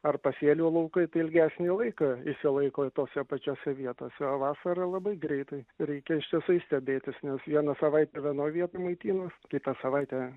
ar pasėlių laukai tai ilgesnį laiką išsilaiko tose pačiose vietose o vasarą labai greitai reikia ištisai stebėtis nes vieną savaitę vienoj vietoj maitinas kitą savaitę